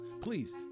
Please